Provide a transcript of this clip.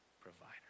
provider